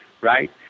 right